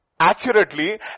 Accurately